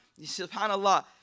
subhanAllah